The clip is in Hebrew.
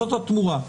זאת התמורה.